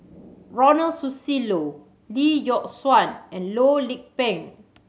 Ronald Susilo Lee Yock Suan and Loh Lik Peng